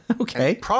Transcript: Okay